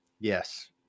yes